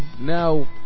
now